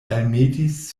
almetis